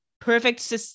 perfect